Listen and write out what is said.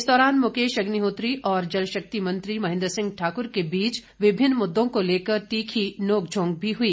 इस दौरान मुकेश अग्निहोत्री और जलशक्ति मंत्री महेंद्र सिंह ठाकुर के बीच विभिन्न मुद्दों को लेकर तीखी नोक झोंक भी हुई